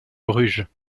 bruges